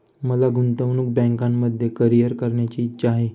मला गुंतवणूक बँकिंगमध्ये करीअर करण्याची इच्छा आहे